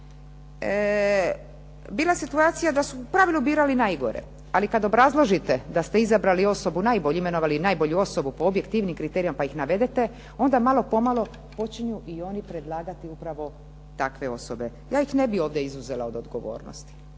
bila situacija da su pravilu birali najgore. Ali kada obrazložite da ste izabrali osobu najbolji, imenovali najbolju osobu po objektivnim kriterijima pa ih navedete, onda malo po malo počinju i oni predlagati upravo takve osobe. Ja ih ovdje ne bih izuzela od odgovornosti.